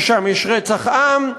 ששם יש רצח עם,